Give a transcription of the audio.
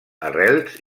arrels